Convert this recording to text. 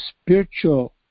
spiritual